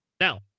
Now